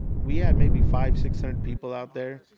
we had maybe five, six hundred people out there.